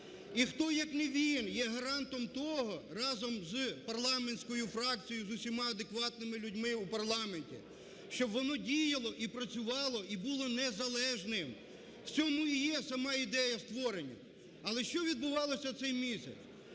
І хто, як не він є гарантом разом з парламентською фракцією, з усіма адекватними людьми у парламенті, щоб воно діяло і працювало, і було незалежним, у цьому і є сама ідея створення. Але що відбувалося цей місяць?